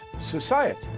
society